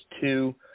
two